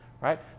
right